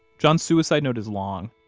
john's suicide note is long.